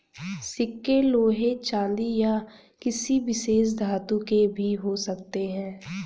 सिक्के लोहे चांदी या किसी विशेष धातु के भी हो सकते हैं